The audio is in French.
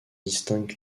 distinguent